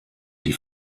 die